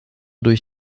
durch